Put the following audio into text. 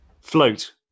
float